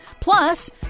Plus